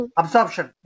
absorption